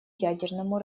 ядерному